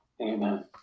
amen